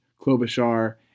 Klobuchar